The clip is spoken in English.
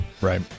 Right